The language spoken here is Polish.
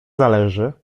zależy